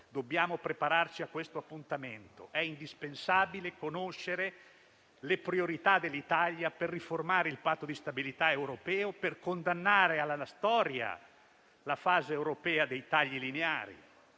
dobbiamo prepararci a questo appuntamento. È indispensabile conoscere le priorità dell'Italia per riformare il Patto di stabilità europeo, per condannare alla storia la fase europea dei tagli lineari